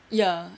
ya